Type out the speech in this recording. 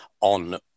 on